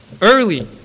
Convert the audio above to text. early